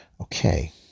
Okay